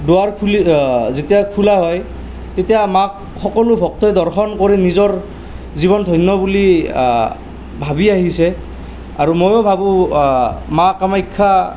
দোৱাৰ খুলি যেতিয়া খোলা হয় তেতিয়া মাক সকলো ভক্তই দৰ্শন কৰি নিজৰ জীৱন ধন্য বুলি ভাবি আহিছে আৰু মইয়ো ভাবোঁ মা কামাখ্যা